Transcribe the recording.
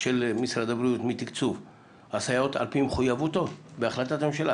של משרד הבריאות מתקצוב הסייעות על פי מחויבותו בהחלטת ממשלה.